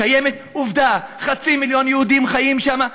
קיימת עובדה: חצי מיליון יהודים חיים שם.